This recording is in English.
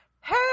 hey